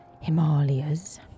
Himalayas